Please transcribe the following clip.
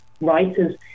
writers